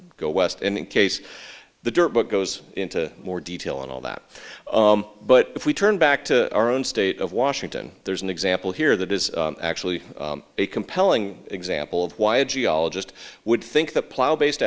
go west in case the dirt goes into more detail and all that but if we turn back to our own state of washington there's an example here that is actually a compelling example of why a geologist would think that plow based